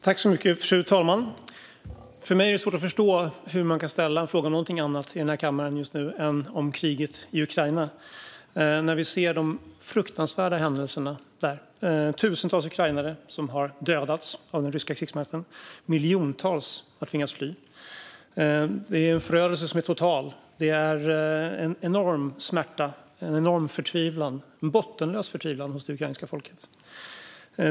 Fru talman! För mig är det svårt att förstå hur man i denna kammare just nu kan ställa en fråga om något annat än kriget i Ukraina, när vi ser de fruktansvärda händelserna där. Tusentals ukrainare har dödats av den ryska krigsmakten, och miljontals har tvingats fly. Det är en förödelse som är total. Det är en enorm smärta och en bottenlös förtvivlan hos det ukrainska folket.